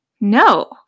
no